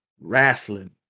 wrestling